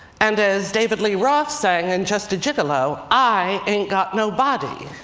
and as david lee roth sang in just a gigolo, i ain't got no body.